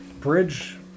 bridge